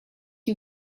you